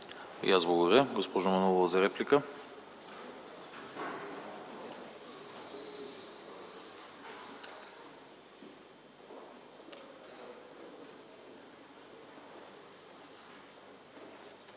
И аз благодаря. Госпожо Манолова – за реплика.